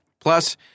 Plus